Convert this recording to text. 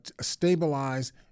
stabilize